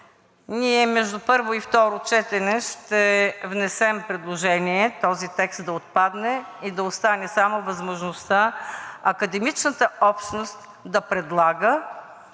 Между първо и второ четене ще внесем предложение този текст да отпадне и да остане само възможността академичната общност да предлага